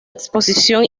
exposición